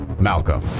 Malcolm